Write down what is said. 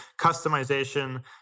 customization